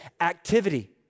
activity